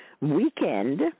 weekend